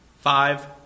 Five